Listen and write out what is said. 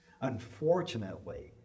Unfortunately